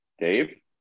Dave